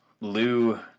Lou